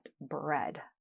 bread